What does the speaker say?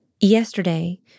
Yesterday